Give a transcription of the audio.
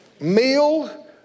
Meal